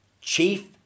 chief